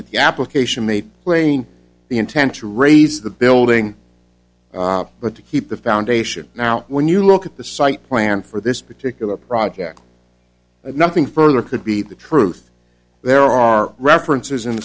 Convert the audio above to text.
that the application made plain the intent to raise the building but to keep the foundation now when you look at the site plan for this particular project and nothing further could be the truth there are references in